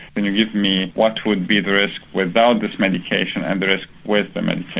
can you give me what would be the risk without this medication and the risk with the um and